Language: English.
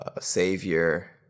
Savior